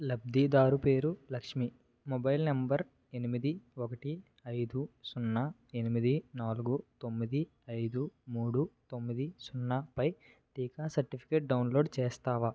లబ్ధిదారు పేరు Lakshmi mobile number ఎనిమిది ఒకటి ఐదు సున్నా ఎనిమిది నాలుగు తొమ్మిది ఐదు మూడు తొమ్మిది సున్నా పై టీకా సర్టిఫికేట్ డౌన్లోడ్ చేస్తావా